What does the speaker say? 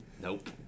Nope